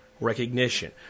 recognition